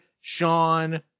Sean